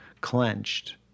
clenched